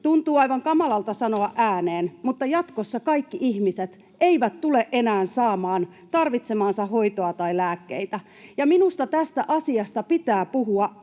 Tuntuu aivan kamalalta sanoa ääneen, mutta jatkossa kaikki ihmiset eivät tule enää saamaan tarvitsemaansa hoitoa tai lääkkeitä. Minusta tästä asiasta pitää puhua ääneen,